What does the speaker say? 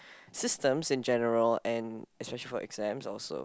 systems in general and especially for exams also